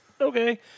Okay